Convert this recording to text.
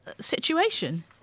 situation